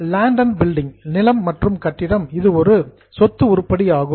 land and building நிலம் மற்றும் கட்டடம் இது ஒரு சொத்து உருப்படி ஆகும்